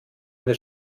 eine